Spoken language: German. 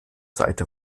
seite